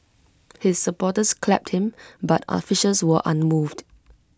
his supporters clapped him but officials were unmoved